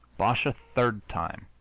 bosh a third time!